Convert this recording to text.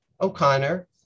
O'Connor